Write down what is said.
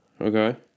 Okay